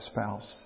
spouse